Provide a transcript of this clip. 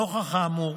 נוכח האמור,